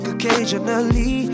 Occasionally